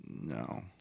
No